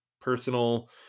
personal